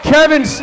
Kevin